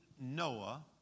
Noah